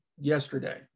yesterday